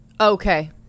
Okay